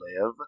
live